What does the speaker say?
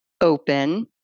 Open